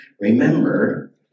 Remember